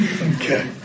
Okay